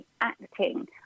acting